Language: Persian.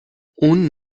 اون